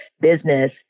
business